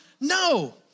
No